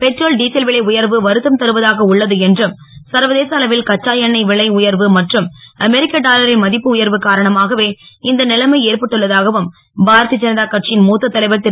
petrol diesel விலை உயர்வு வருத்தம் தருவதாக உள்ளது என்றும் சர்வதேச அளவில் கச்சா எண்ணெய் விலை உயர்வு மற்றும் அமெரிக்க டாலரின் மதிப்பு உயர்வு காரணமாகவே இந்த நிலைமை ஏற்பட்டுள்ளதாகவும் பாரதிய ஜனதா கட்சியின் மூத்த தலைவர் திரு